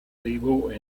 table